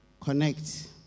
connect